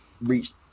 reached